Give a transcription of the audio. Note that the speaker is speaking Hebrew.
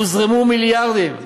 הוזרמו מיליארדים,